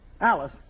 Alice